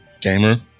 gamer